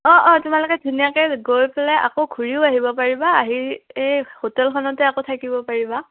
অঁ অঁ তোমালোকে ধুনীয়াকে গৈ পেলাই আকৌ ঘূৰিও আহিব পাৰিবা আহি এই হোটেলখনতে আকৌ থাকিব পাৰিবা